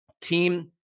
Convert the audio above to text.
team